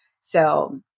So-